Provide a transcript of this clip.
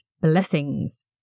blessings